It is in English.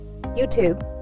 youtube